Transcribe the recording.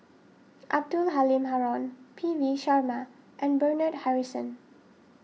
Abdul Halim Haron P V Sharma and Bernard Harrison